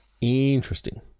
interesting